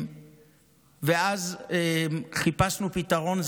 ואז חיפשנו פתרון.